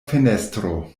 fenestro